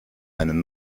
einen